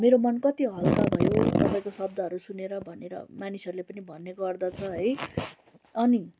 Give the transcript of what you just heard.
मेरो मन कति हल्का भयो तपाईँको शब्दहरू सुनेर भनेर मानिसहरूले पनि भन्ने गर्दछ है अनि